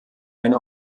eine